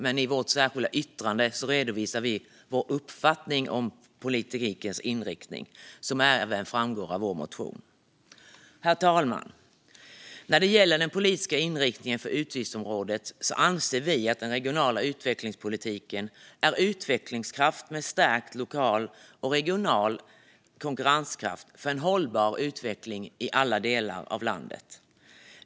Men i vårt särskilda yttrande redovisar vi vår uppfattning om politikens inriktning, som även framgår av vår motion. Herr talman! När det gäller den politiska inriktningen för utgiftsområdet anser vi att den regionala utvecklingspolitiken är utvecklingskraft med stärkt lokal och regional konkurrenskraft för en hållbar utveckling i alla delar av landet.